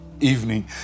evening